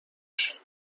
شوی